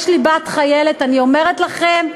יש לי בת חיילת, אני אומרת לכם,